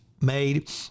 made